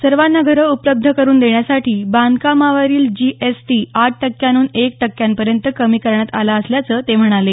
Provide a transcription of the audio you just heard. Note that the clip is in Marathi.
सर्वांना घरं उपलब्ध करून देण्यासाठी बांधकामावरील जी एस टी आठ टक्क्यांहून एक टक्क्यांपर्यंत कमी करण्यात आला असल्याचं ते म्हणाले